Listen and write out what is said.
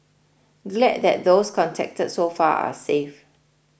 glad that those contacted so far are safe